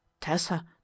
Tessa